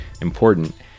important